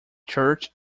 church